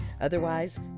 Otherwise